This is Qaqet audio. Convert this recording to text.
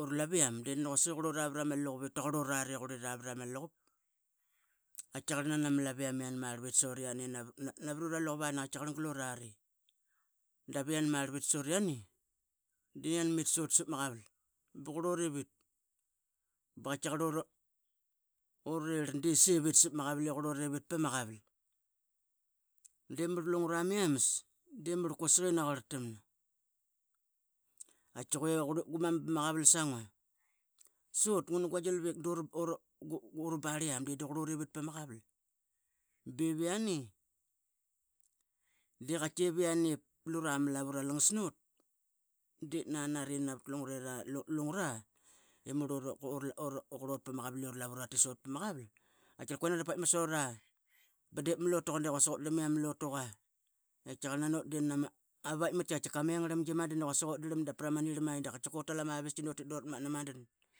oralaviam de nani quasik I qurora varama luqup ip taquar urari I qurera varama luqup. Naqaitkiaqarl nana malaviam I yanmarvit sor I yani navat ora luqup aa nuqatiqar gal urari dap I yan marvit sor I yani de yan mit sot sap maqaval baqurorivit ba urari de sevit sapma qaral I qurorivit pama qaval. De mur lungra ama yamas de mur quasik I na quartam qatiqequre gumam pama qaval sangua sot ngan guagilvik dorabariam de daqurorivit beviani deqativiani lura ama lavu ralangasnaut de nanari navat lungurera navat lungura I mut I qurot pama qaval I uralavu ratit sot pamaquval qataqar que nanirapaitmat sora ba dep malotuqa de quasik utdram I ama lotuqa. Qatiqit nanot ama vaitmitki qatika mengramgi madan I quasik utdram dap pramanir mai daqaitika uratal ama viskina utit doratmatna madan.